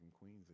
queens